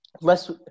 less